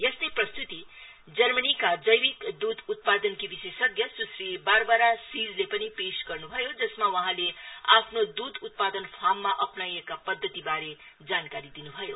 यस्तै प्रस्तुति जर्मनीको जैविक दूध उत्पादनका विशेषज्ञ सुश्री बर्बरा सिजले पनि पेश गर्न् भयो जसमा वहाँले आफ्नो दूध उत्पादन फार्ममा अपनाइएका प्रद्वतिबारे जानकारी दिन् भयो